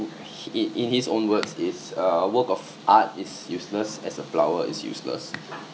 in in his own words it's uh a work of art is useless as a flower is useless